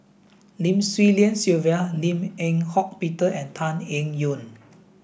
Lim Swee Lian Sylvia Lim Eng Hock Peter and Tan Eng Yoon